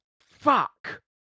fuck